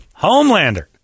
Homelander